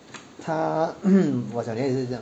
他我小女儿的是这样